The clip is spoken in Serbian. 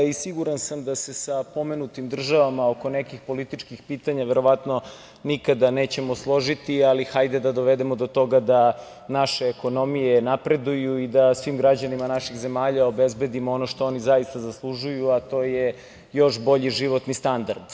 Siguran sam da se sa pomenutim državama oko nekih političkih pitanja verovatno nikada nećemo složiti, ali hajde da dovedemo do toga da naše ekonomije napreduju i da svim građanima naših zemalja obezbedimo ono što oni zaista zaslužuju, a to je još bolji životni standard.